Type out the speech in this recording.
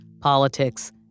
Politics